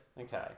Okay